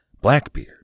Blackbeard